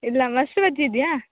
ಇಲ್ಲ ಮೊಸ್ರು ಬಜ್ಜಿ ಇದೆಯಾ